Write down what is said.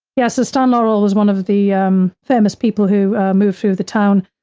yeah, so stan laurel was one of the um famous people who moved through the town.